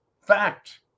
Fact